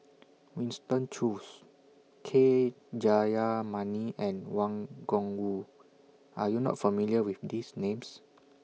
Winston Choos K Jayamani and Wang Gungwu Are YOU not familiar with These Names